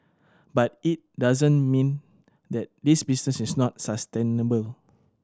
but it doesn't mean that this business is not sustainable